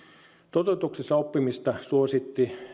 toteutuksessa oppimista suositti